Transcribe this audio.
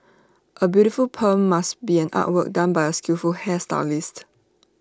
A beautiful perm must be an artwork done by A skillful hairstylist